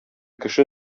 кеше